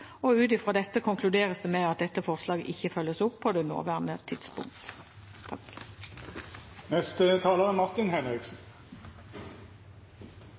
og ut fra dette konkluderes det med at dette forslaget ikke følges opp på det nåværende tidspunkt.